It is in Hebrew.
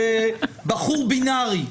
זה בחור בינארי.